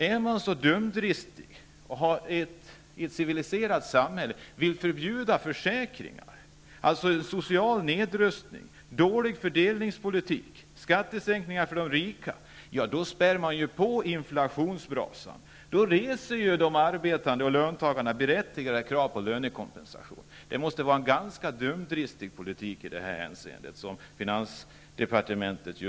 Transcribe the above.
Är man så dumdristig i ett civiliserat samhälle att man vill förbjuda försäkringar och genomföra social nedrustning, dålig fördelningspolitik och skattesänkningar för de rika, ökar man ju på inflationsbrasan. Då reser de arbetande och löntagarna berättigade krav på lönekompensation. Det måste vara en ganska dumdristig politik som finansdepartementet för i detta hänseende.